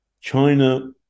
china